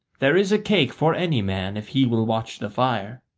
there is a cake for any man if he will watch the fire.